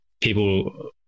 people